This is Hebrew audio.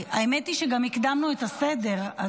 האמת היא שגם הקדמנו את הסדר.